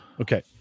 Okay